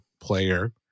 player